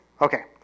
Okay